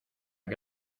que